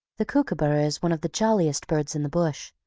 the kookooburra is one of the jolliest birds in the bush,